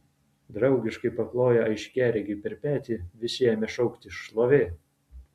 draugiškai paploję aiškiaregiui per petį visi ėmė šaukti šlovė